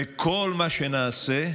וכל מה שנעשה,